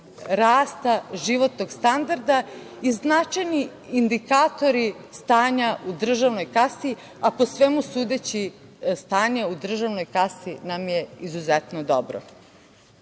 rasta životnog standarda i značajni indikatori stanja u državnoj kasi, a po svemu sudeći stanje u državnoj kasi nam je izuzetno dobro. Kada